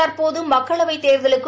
தற்போது மக்களவைத் தேர்தலுக்கும்